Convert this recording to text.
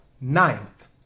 ninth